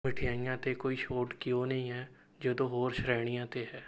ਮਿਠਾਈਆਂ 'ਤੇ ਕੋਈ ਛੋਟ ਕਿਉਂ ਨਹੀਂ ਹੈ ਜਦੋਂ ਹੋਰ ਸ਼੍ਰੇਣੀਆਂ 'ਤੇ ਹੈ